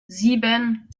sieben